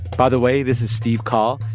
by the way, this is steve coll,